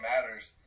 matters